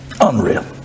Unreal